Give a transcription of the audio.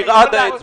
תרעד האצבע.